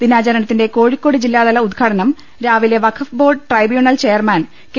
ദിനാചരണത്തിന്റെ കോഴിക്കോട് ജില്ലാതല ഉദ്ഘാടനം നാളെ രാവിലെ വഖഫ് ബോർഡ് ട്രൈബ്യൂണൽ ചെയർമാൻ കെ